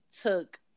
took